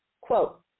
Quote